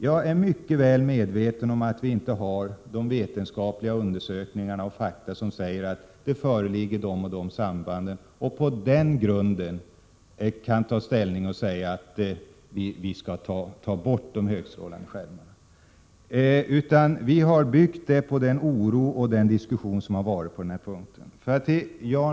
Jag är mycket väl medveten om att vi inte har vetenskapliga undersökningar och fakta, som säger att det föreligger det och det sambandet och att vi på den grunden kan ta bort de högstrålande skärmarna, utan vi har byggt vårt ställningstagande på den oro som finns och den diskussion som förts på den här punkten.